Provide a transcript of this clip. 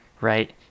Right